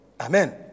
Amen